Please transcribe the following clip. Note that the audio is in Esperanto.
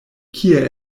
kie